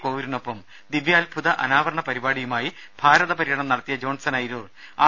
കോവൂരിനൊപ്പം ദിവ്യത്ഭുത അനാവരണ പരിപാടിയുമായി ഭാരതപര്യടനം നടത്തിയ ജോൺസൺ ഐരൂർ ആർ